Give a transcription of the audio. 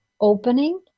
opening